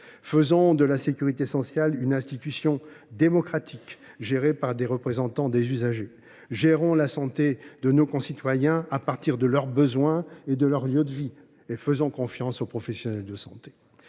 Faisons de la sécurité sociale une institution démocratique, gérée par des représentants des usagers. Gérons la santé de nos concitoyens en prenant en compte leurs besoins et leur lieu de vie. Et faisons confiance aux professionnels de santé.